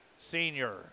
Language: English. senior